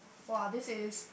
!wah! this is